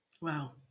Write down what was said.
Wow